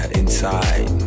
inside